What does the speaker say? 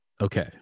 Okay